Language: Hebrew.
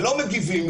ולא מגיבים,